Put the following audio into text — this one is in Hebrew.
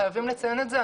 חייבים לציין את זה,